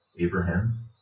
Abraham